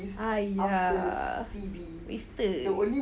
!aiya! wasted